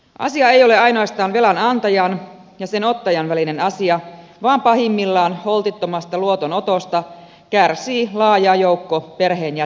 asia ei ole ainoastaan velan antajan ja sen ottajan välinen asia vaan pahimmillaan holtittomasta luotonotosta kärsii laaja joukko perheenjäseniä